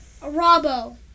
Arabo